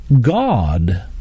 God